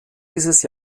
dieses